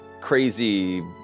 crazy